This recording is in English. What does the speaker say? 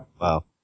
Wow